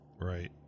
Right